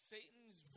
Satan's